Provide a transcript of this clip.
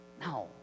No